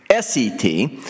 SET